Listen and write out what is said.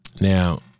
Now